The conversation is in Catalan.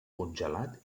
congelat